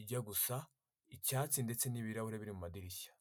ijya gusa icyatsi ndetse n'ibirahuri biri mumadirishya.